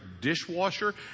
dishwasher